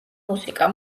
მუსიკა